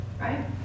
right